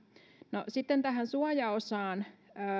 no sitten tähän suojaosaan